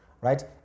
right